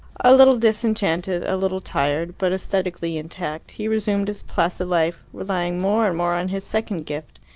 a little disenchanted, a little tired, but aesthetically intact, he resumed his placid life, relying more and more on his second gift,